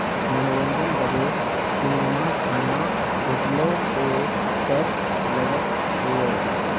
मनोरंजन बदे सीनेमा, खाना, होटलो पे टैक्स लगत हउए